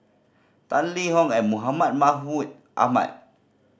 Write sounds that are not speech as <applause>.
Tan Lee <unintelligible> Mahmud <unintelligible> Ahmad